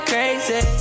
Crazy